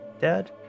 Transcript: Dad